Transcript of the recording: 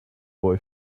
boy